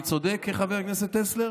אני צודק, חבר הכנסת טסלר?